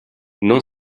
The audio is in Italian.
non